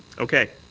okay.